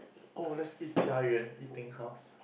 oh let's eat Jia-Yuan eating house